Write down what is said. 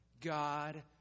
God